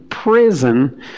prison